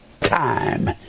time